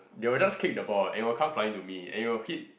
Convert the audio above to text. they will just kick the ball and it will come flying to me and it will hit